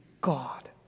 God